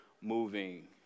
moving